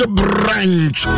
branch